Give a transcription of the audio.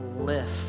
lift